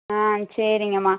ஆ சரிங்கம்மா